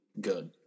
good